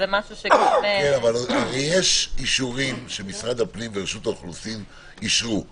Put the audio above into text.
יש אישורים שמשרד הפנים ורשות האוכלוסין אישרו - 100,